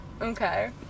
Okay